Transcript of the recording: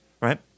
right